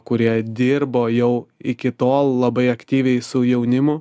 kurie dirbo jau iki tol labai aktyviai su jaunimu